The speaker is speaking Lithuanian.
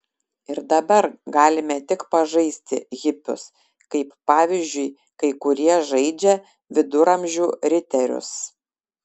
ir dabar galime tik pažaisti hipius kaip pavyzdžiui kai kurie žaidžia viduramžių riterius